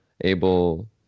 able